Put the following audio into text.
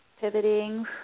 pivoting